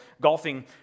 golfing